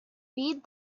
feed